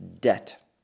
debt